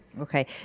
Okay